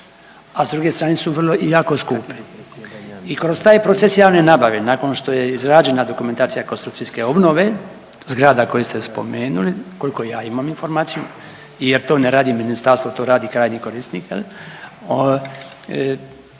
a s druge strane su vrlo i jako skupe. I kroz taj proces javne nabave nakon što je izrađena dokumentacija konstrukcijske obnove zgrada koje ste spomenuli koliko ja imam informaciju jer to ne radi ministarstvo to radi krajnji korisnik